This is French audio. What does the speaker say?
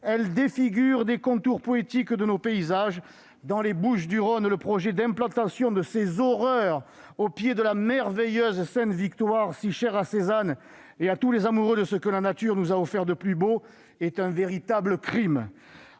vie, défigurent les contours poétiques de nos paysages. Dans les Bouches-du-Rhône, le projet d'implantation de ces horreurs au pied de la merveilleuse montagne Sainte-Victoire, si chère à Cézanne et à tous les amoureux de ce que la nature nous a offert de plus beau, est un véritable crime !